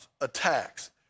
attacks